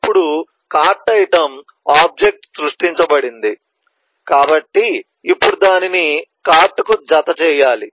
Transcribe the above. ఇప్పుడు cart item object సృష్టించబడింది కాబట్టి ఇప్పుడు దానిని కార్ట్ కు జత చేయాలి